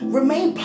remain